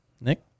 Nick